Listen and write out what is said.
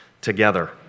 together